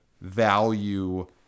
value